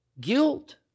Guilt